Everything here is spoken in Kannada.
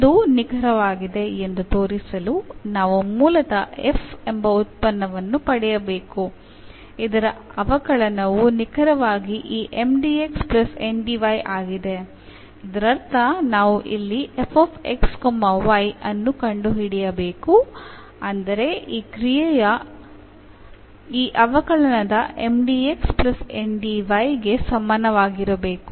ಇದು ನಿಖರವಾಗಿದೆ ಎಂದು ತೋರಿಸಲು ನಾವು ಮೂಲತಃ f ಎಂಬ ಉತ್ಪನ್ನವನ್ನು ಪಡೆಯಬೇಕು ಇದರ ಅವಕಲನವು ನಿಖರವಾಗಿ ಈ ಆಗಿದೆ ಇದರರ್ಥ ನಾವು ಇಲ್ಲಿ ಅನ್ನು ಕಂಡುಹಿಡಿಯಬೇಕು ಅಂದರೆ ಈ ಕ್ರಿಯೆಯ ಈ ಅವಕಲನದ ಗೆ ಸಮಾನವಾಗಿರುತ್ತದೆ